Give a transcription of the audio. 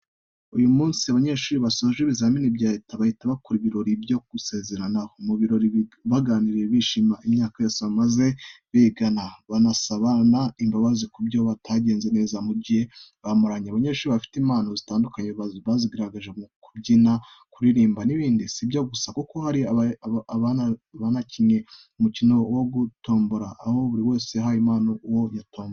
Uyu munsi, abanyeshuri basoje ibizamini bya Leta, bahita bakora ibirori byo gusezeranaho. Mu birori, baganiriye bishimira imyaka yose bamaze bigana, banasabana imbabazi ku byaba bitaragenze neza mu gihe bamaranye. Abanyeshuri bafite impano zitandukanye bazigaragaje mu kubyina, kuririmba n’ibindi. Si ibyo gusa, kuko bari baranakinnye umukino wo gutomborana, aho buri wese yahaye impano uwo yatomboye.